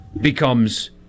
becomes